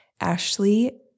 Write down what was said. Ashley